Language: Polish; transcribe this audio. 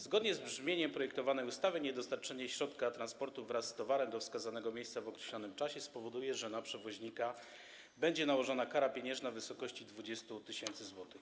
Zgodnie z brzmieniem projektowanej ustawy niedostarczenie środka transportu wraz z towarem do wskazanego miejsca w określonym czasie spowoduje, że na przewoźnika będzie nałożona kara pieniężna w wysokości 20 tys. zł.